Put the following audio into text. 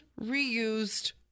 reused